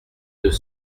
deux